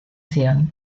zion